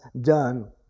done